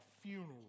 funeral